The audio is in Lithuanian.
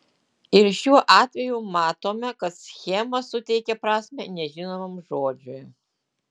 ir šiuo atveju matome kad schema suteikia prasmę nežinomam žodžiui